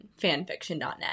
fanfiction.net